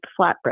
flatbread